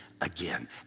again